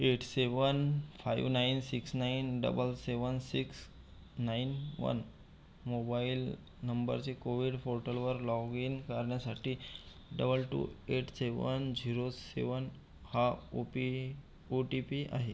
eight seven five nine six nine double seven six nine one mobile नंबरचे Covid पोर्टलवर log in करण्यासाठी double two eight seven zero seven हा OP O T P आहे